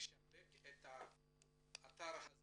האתר הזה